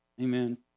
Amen